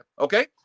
Okay